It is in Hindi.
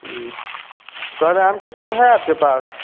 कह रहे हैं आम का पेड़ है आपके पास